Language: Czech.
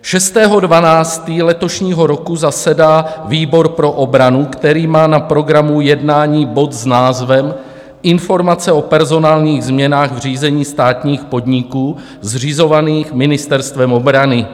6. 12. letošního roku zasedá výbor pro obranu, který má na programu jednání bod s názvem Informace o personálních změnách v řízení státních podniků zřizovaných Ministerstvem obrany.